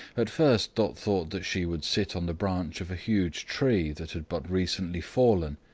at first dot thought that she would sit on the branch of a huge tree that had but recently fallen,